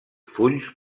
fulls